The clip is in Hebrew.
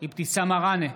אבתיסאם מראענה,